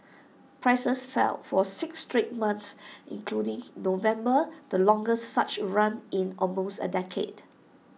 prices fell for six straight months including November the longest such run in almost A decade